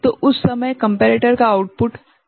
तो उस समय कम्पेरेटर का आउटपुट लो है ठीक है